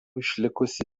išlikusi